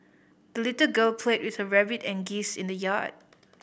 the little girl played with her rabbit and geese in the yard